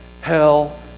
hell